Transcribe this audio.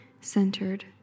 centered